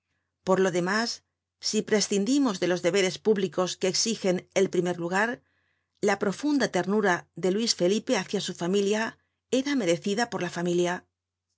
por lo demás si prescindimos de los deberes públicos que exigen el primer lugar la profunda ternura de luis felipe hácia su familia era merecida por la familia